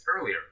earlier